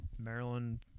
Maryland